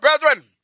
brethren